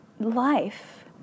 life